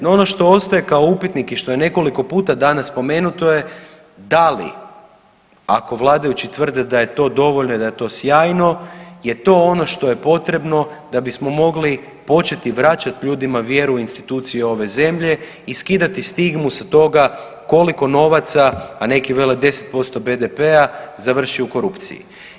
No, ono što ostaje kao upitnik i što je nekoliko puta danas spomenuto je da li ako vladajući tvrde da je to dovoljno i da je to sjajno je to ono što je potrebno da bismo mogli početi vraćati ljudima vjeru u institucije ove zemlje i skidati stigmu sa toga koliko novaca, a neki vele 10% BDP-a završi u korupciji.